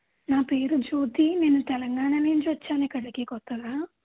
నా పేరు జ్యోతి నేను తెలంగాణ నుంచి వచ్చాను ఇక్కడకి కొత్తగా